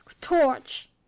Torch